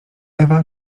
ewa